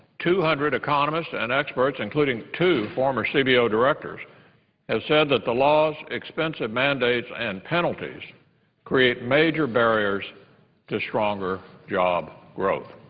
two hundred economists and experts, including two former c b o. directors, have said that the law's expensive mandates and penalties create major barriers to stronger job growth.